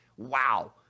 wow